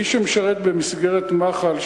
מי שמשרת במסגרת מח"ל,